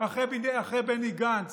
אחרי בני גנץ,